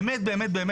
באמת באמת,